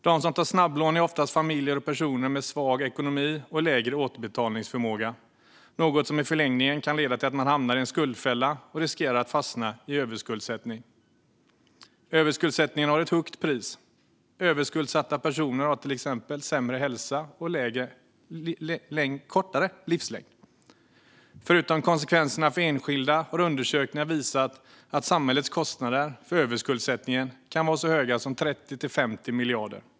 De som tar snabblån är oftast familjer och personer med svag ekonomi och lägre återbetalningsförmåga, något som i förlängningen kan leda till att man hamnar i en skuldfälla och riskerar att fastna i överskuldsättning. Överskuldsättningen har ett högt pris. Överskuldsatta personer har till exempel sämre hälsa och kortare livslängd. Förutom konsekvenserna för enskilda har undersökningar visat att samhällets kostnader för överskuldsättningen kan vara så stora som 30 till 50 miljarder.